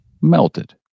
melted